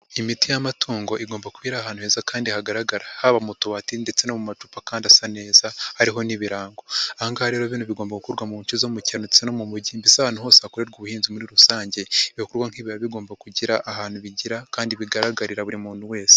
Imiti y'amatungo igomba kuba iri ahantu heza kandi hagaragara, haba mu tubati ndetse no mu macupa kandi asa neza harihoho n'ibirango, aha ngaha rero bigomba gukorwa mu nce zo mu cyaro ndetsetse no mu mijyi, mbese ahantu hose hakorerwa ubuhinzi muri rusange, ibikorwa nkibi biba bigomba kugira ahantu bigira kandi bigaragarira buri muntu wese.